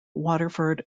waterford